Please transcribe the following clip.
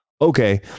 Okay